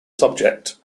subject